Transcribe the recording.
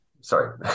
sorry